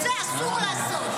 את זה אסור לעשות.